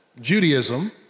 Judaism